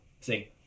See